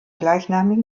gleichnamigen